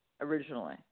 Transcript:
originally